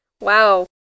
Wow